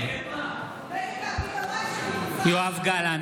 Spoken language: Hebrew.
יואב גלנט,